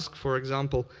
for example,